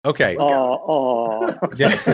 Okay